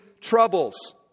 troubles